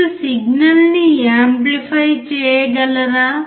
మీరు సిగ్నల్ను యాంప్లిఫైచేయగలరా